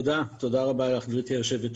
תודה רבה לך, גברתי היושבת-ראש.